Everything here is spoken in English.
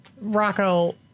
Rocco